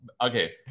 okay